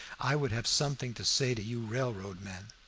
i would have something to say to you railroad men.